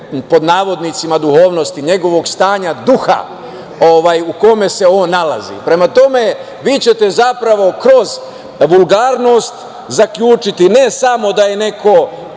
nivo njegove „duhovnosti“, njegovog stanja duga u kojem se on nalazi. Prema tome, vi ćete zapravo kroz vulgarnost zaključiti ne samo da je neko